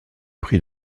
prix